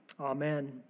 Amen